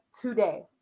today